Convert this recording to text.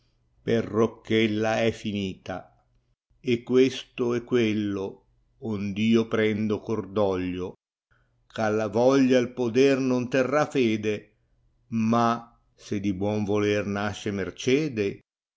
soffierrìa perocch'ella è finita e questo e quello ond io prendo cordoglio gh alla voglia il poder non terrà fede ma se di buon voler nasce mercede